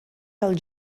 dels